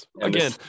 again